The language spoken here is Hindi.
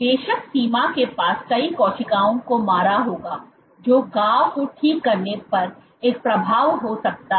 बेशक सीमा के पास कई कोशिकाओं को मारा होगा जो घाव को ठीक करने पर एक प्रभाव हो सकता है